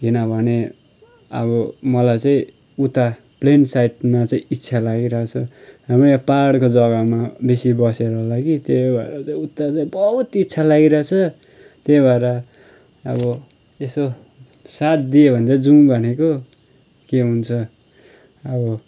किनभने आब मलाई चाहिँ उता प्लेन साइडमा चाहिँ इच्छा लागिरहेको छ हाम्रो यहाँ पाहाडको जग्गामा बेसी बसेर होला कि त्यही भएर उता चाहिँ बहुत इच्छा लागिरहेको छ त्यही भएर अब यसो साथ दिए भने त जाउँ भनेको के हुन्छ अब